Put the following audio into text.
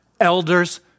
elders